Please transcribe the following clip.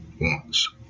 wants